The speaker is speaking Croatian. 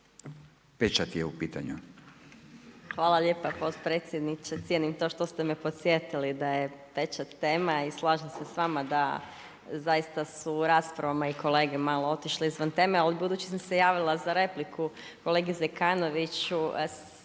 Marija (HDZ)** Hvala lijepo potpredsjedniče. Cijenim to što ste me podsjetili da je pečat tema i slažem se s vama da zaista su u raspravama i kolege malo otišle izvan teme, ali budući da sam se javila za repliku, kolegi Zekanoviću,